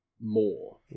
more